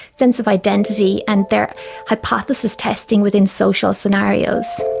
sense of identity, and their hypothesis testing within social scenarios.